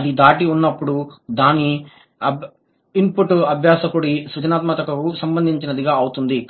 అది దాటి ఉన్నప్పుడు దాని ఇన్పుట్ అభ్యాసకుడి సృజనాత్మకతకు సంబంధించినదిగా అవుతుంది